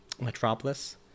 Metropolis